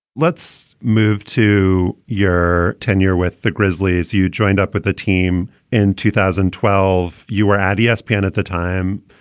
let's move to your tenure with the grizzlies, you joined up with the team in two thousand and twelve. you were at yeah espn at the time.